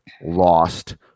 Lost